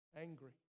Angry